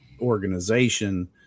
organization